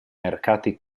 mercati